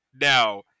now